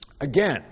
Again